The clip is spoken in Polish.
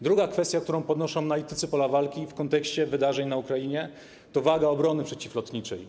Druga kwestia, którą podnoszą analitycy pola walki w kontekście wydarzeń na Ukrainie, to waga obrony przeciwlotniczej.